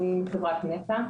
אני מחברת נת"ע,